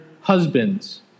husbands